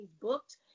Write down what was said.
booked